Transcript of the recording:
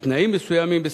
בתנאים מסוימים.